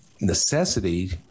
necessity